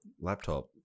laptop